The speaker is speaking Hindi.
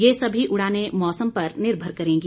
ये सभी उड़ाने मौसम पर निर्भर करेगी